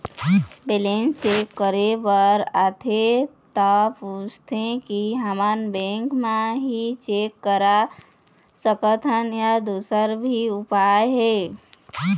Balance check करे बर आथे ता पूछथें की हमन बैंक मा ही चेक करा सकथन या दुसर भी उपाय हे?